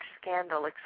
scandal